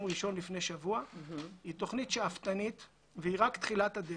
ראשון לפני שבוע היא תוכנית שאפתנית והיא רק תחילת הדרך.